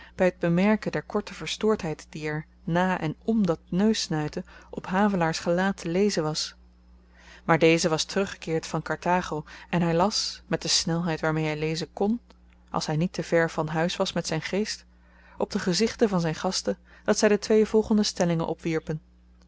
by t bemerken der korte verstoordheid die er na en om dat neussnuiten op havelaars gelaat te lezen was maar deze was teruggekeerd van karthago en hy las met de snelheid waarmee hy lezen kon als hy niet te ver van huis was met zyn geest op de gezichten van zyn gasten dat zy de twee volgende stellingen opwierpen